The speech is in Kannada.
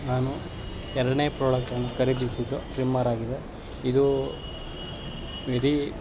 ನಾನು ಎರಡನೇ ಪ್ರಾಡಕ್ಟನ್ನು ಖರೀದಿಸಿದ್ದು ಟ್ರಿಮ್ಮರ್ ಆಗಿದೆ ಇದು ವೆರಿ